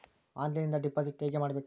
ಆನ್ಲೈನಿಂದ ಡಿಪಾಸಿಟ್ ಹೇಗೆ ಮಾಡಬೇಕ್ರಿ?